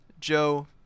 Joe –